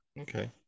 Okay